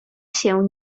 się